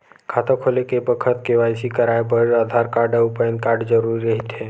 खाता खोले के बखत के.वाइ.सी कराये बर आधार कार्ड अउ पैन कार्ड जरुरी रहिथे